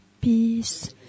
peace